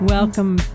Welcome